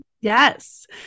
Yes